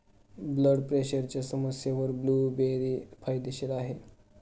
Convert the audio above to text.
blood प्रेशरच्या समस्येवर blueberry फायदेशीर आहे